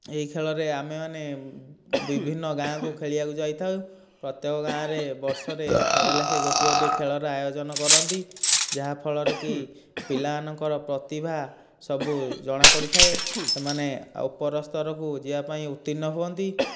ଏହି ଖେଳରେ ଆମେମାନେ ବିଭିନ୍ନ ଗାଁକୁ ଖେଳିବାକୁ ଯାଇଥାଉ ପ୍ରତ୍ୟେକ ଗାଁରେ ବର୍ଷରେ ଥରେ ଲେଖାଏଁ ଗୋଟିଏ ଗୋଟିଏ ଖେଳର ଆୟୋଜନ କରନ୍ତି ଯାହାଫଳରେ କି ପିଲାମାନଙ୍କର ପ୍ରତିଭା ସବୁ ଜଣାପଡ଼ିଥାଏ ସେମାନେ ଆଉ ଉପର ସ୍ତରକୁ ଯିବାପାଇଁ ଉତ୍ତୀର୍ଣ୍ଣ ହୁଅନ୍ତି